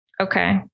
Okay